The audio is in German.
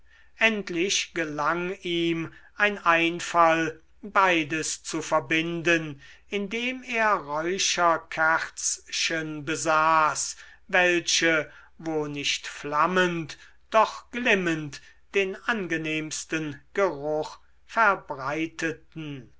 endlich gelang ihm ein einfall beides zu verbinden indem er räucherkerzchen besaß welche wo nicht flammend doch glimmend den angenehmsten geruch verbreiteten